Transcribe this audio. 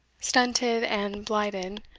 stunted, and blighted,